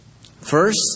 First